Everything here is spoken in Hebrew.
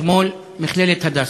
מכללת "הדסה".